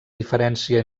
diferència